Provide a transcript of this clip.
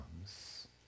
comes